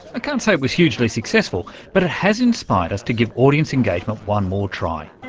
can't say it was hugely successful, but it has inspired us to give audience engagement one more try.